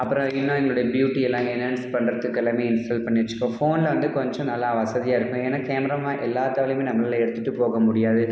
அப்புறம் இன்னும் எங்களுடைய பியூட்டி எல்லாம் என்ஹான்ஸ் பண்ணுறத்துக்கு எல்லாமே இன்ஸ்டால் பண்ணி வச்சுப்போம் ஃபோன் வந்து கொஞ்சம் நல்லா வசதியாக இருக்கும் ஏன்னால் கேமராவை எல்லாத்தாலையும் நம்மளால் எடுத்துட்டுப் போக முடியாது